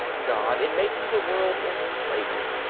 god in making the world enslaved it.